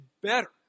better